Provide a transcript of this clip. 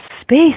space